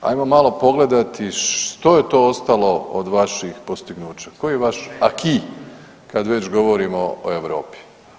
Hajmo malo pogledati što je to ostalo od vaših postignuća, koji je vaš aqi kada govorimo o Europi.